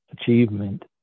achievement